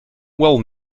well